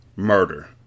Murder